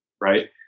right